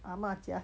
阿嫲家